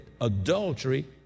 adultery